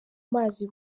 mazi